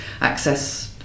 access